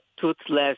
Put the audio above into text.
toothless